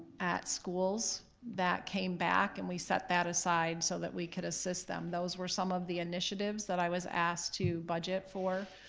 at schools that came back and we set that aside so that we could assist them. those were some of the initiatives that i was asked to budget for